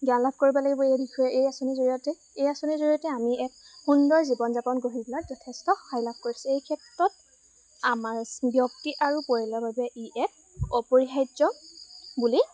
জ্ঞান লাভ কৰিব লাগিব এই বিষয়ে এই আঁচনিৰ জৰিয়তে এই আঁচনিৰ জৰিয়তে আমি এক সুন্দৰ জীৱন যাপন গঢ়ি লৈ যথেষ্ট সহায় লাভ কৰিছোঁ এই ক্ষেত্ৰত আমাৰ ব্যক্তি আৰু পৰিয়ালৰ বাবে ই এক অপৰিহাৰ্য বুলি